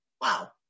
Wow